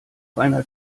einer